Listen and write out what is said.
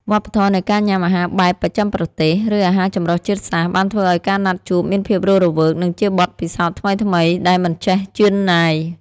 វប្បធម៌នៃការញ៉ាំអាហារបែបបស្ចិមប្រទេស ឬអាហារចម្រុះជាតិសាសន៍ បានធ្វើឱ្យការណាត់ជួបមានភាពរស់រវើក និងជាបទពិសោធន៍ថ្មីៗដែលមិនចេះជឿនណាយ។